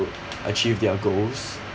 achieve their goals